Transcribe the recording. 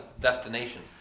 destination